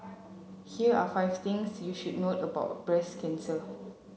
here are five things you should note about breast cancer